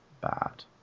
bad